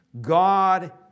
God